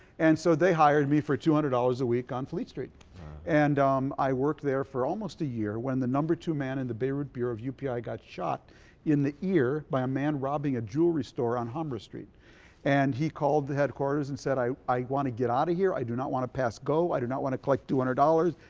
and so they hired me for two hundred dollars a week on fleet street and um i worked there for almost a year when the number two man in the beirut bureau of upi got shot in the ear by a man robbing a jewellery store on street and he called the headquarters and said i i want to get out of here. i do not want to pass go. i do not want to collect two hundred dollars.